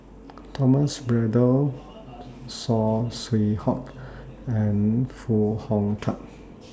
Thomas Braddell Saw Swee Hock and Foo Hong Tatt